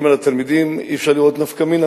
על התלמידים אי-אפשר לראות נפקא מינה,